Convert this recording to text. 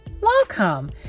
welcome